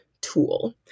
tool